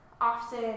often